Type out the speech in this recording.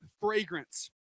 fragrance